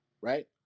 right